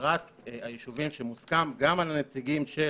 להסדרת היישובים שמוסכם גם על הנציגים של